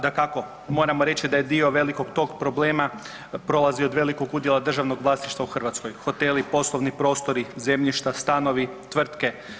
Dakako, moramo reći da je dio velikog tog problema prolazi od velikog udjela državnog vlasništva u Hrvatskoj hoteli, poslovni prostori, zemljišta, stanovi, tvrtke.